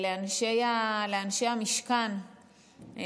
לאנשי המשכן,